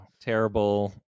Terrible